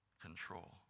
control